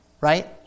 right